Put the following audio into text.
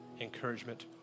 encouragement